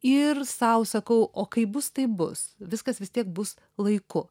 ir sau sakau o kaip bus taip bus viskas vis tiek bus laiku